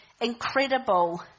incredible